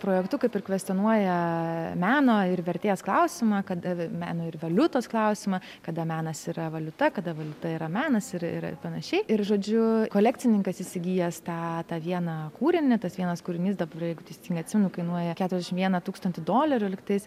projektu kaip ir kvestionuoja meno ir vertės klausimą kada meno ir valiutos klausimą kada menas yra valiuta kada valiuta yra menas ir ir panašiai ir žodžiu kolekcininkas įsigijęs tą tą vieną kūrinį tas vienas kūrinys dabar jeigu teisingai atsimenu kainuoja keturiasdešimt vieną tūkstantį dolerių lygtais